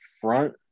front